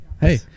Hey